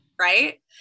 Right